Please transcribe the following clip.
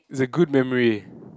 it's a good memory